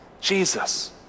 Jesus